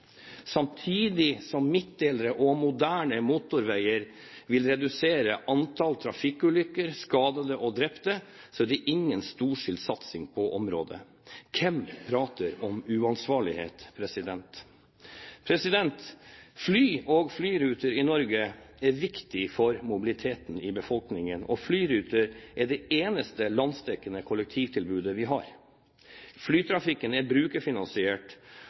Samtidig som midtdelere og moderne motorveier vil redusere antall trafikkulykker, skadde og drepte, er det ingen storstilt satsing på området. Hvem prater om uansvarlighet? Fly og flyruter i Norge er viktig for mobiliteten i befolkningen, og flyrutene er det eneste landsdekkende kollektivtilbudet vi har. Flytrafikken er brukerfinansiert,